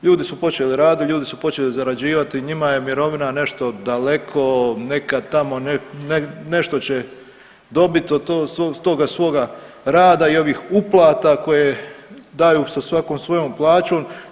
Ljudi su počeli raditi, ljudi su počeli zarađivati, njima je mirovina nešto daleko, neka tamo nešto će dobiti od toga svoga rada i ovih uplata koje daju sa svakom svojom plaćom.